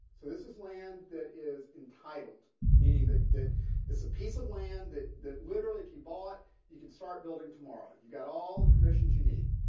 so this is land that is entitled meaning that that it's a piece of land that that literally if you bought you could start building tomorrow. you've got all the permissions you need.